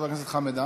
חבר הכנסת חמד עמאר,